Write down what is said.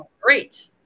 great